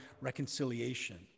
reconciliation